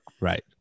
Right